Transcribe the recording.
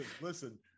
listen